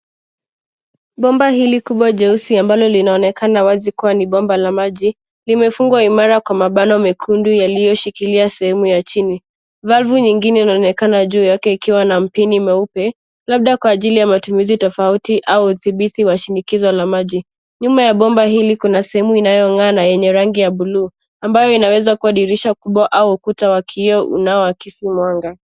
Bomba ili kubwa jeusi ambalo linaonekana wazi kuwa ni bomba la maji, limefungwa imara kwa mabano mekundu yaliyoshikilia sehemu ya chini. Valvu nyingine linaonekana juu yake ikiwa na mpini mweupe, labda kwa ajili ya matumizi tofauti au udhibithi wa shinikizo la maji. Nyuma ya bomba hili kuna sehemu inayong'aa na yenye rangi ya buluu, ambayo inaweza kuwa dirisha kubwa au ukuta wa kioo unaoakisi mwanga.